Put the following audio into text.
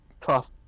tough